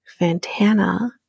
Fantana